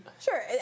Sure